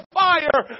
fire